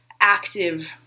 active